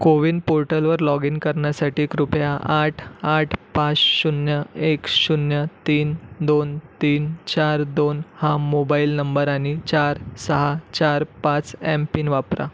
कोविन पोल्टरवर log in करण्यासाठी कृपया आठ आठ पाच शून्य एक शून्य तीन दोन तीन चार दोन हा मोबाईल नंबर आणि चार सहा चार पाच एमपिन वापरा